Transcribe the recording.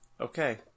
Okay